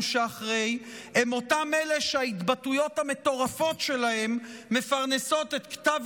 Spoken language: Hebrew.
שאחרי הם אותם אלה שההתבטאויות המטורפות שלהם מפרנסות את כתב